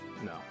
No